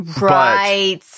right